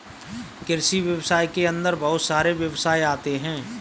कृषि व्यवसाय के अंदर बहुत सारे व्यवसाय आते है